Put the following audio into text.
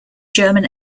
german